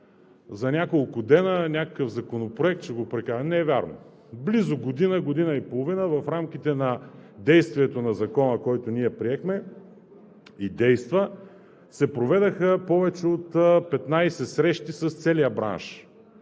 за няколко дни някакъв законопроект ще го прокараме. Не е вярно! Близо година-година и половина в рамките на действието на Закона, който приехме и действа, се проведоха повече от 15 срещи с целия бранш